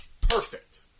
Perfect